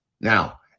Now